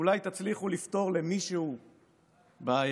שאולי תצליחו לפתור למישהו בעיה.